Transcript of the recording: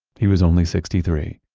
he was only sixty three.